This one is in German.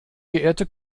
geehrte